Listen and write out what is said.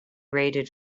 rated